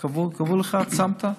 קבעו לך, צמת,